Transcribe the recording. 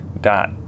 dot